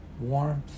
warmth